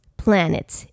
planets